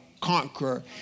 conqueror